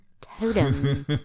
Totem